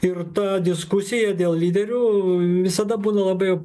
ir ta diskusija dėl lyderių visada būna labai